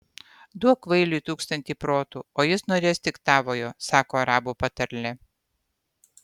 duok kvailiui tūkstantį protų o jis norės tik tavojo sako arabų patarlė